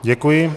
Děkuji.